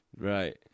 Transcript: Right